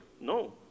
No